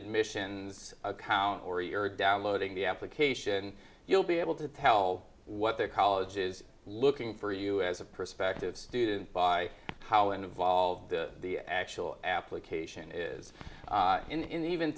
admissions account or you're downloading the application you'll be able to tell what their college is looking for you as a prospective student by how involved the the actual application is in the even